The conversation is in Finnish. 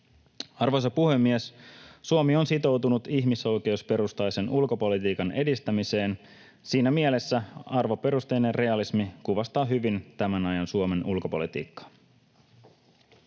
Arvoisa puhemies! Suomi on sitoutunut ihmisoikeusperustaisen ulkopolitiikan edistämiseen. Siinä mielessä ”arvoperusteinen realismi” kuvastaa hyvin tämän ajan Suomen ulkopolitiikkaa.